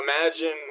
imagine